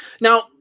Now